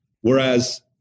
Whereas